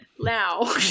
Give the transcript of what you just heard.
now